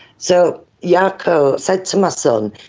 so yeah jaakko said to my son,